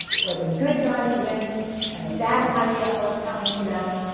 where the good guys win and the bad guys get what's coming to them.